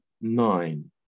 nine